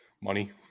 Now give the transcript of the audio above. money